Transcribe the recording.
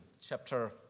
chapter